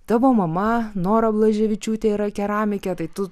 tavo mama nora blaževičiūtė yra keramikė tai tu